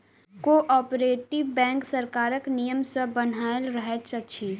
cooperative bank सरकारक नियम सॅ बन्हायल रहैत अछि